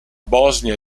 bosnia